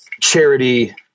charity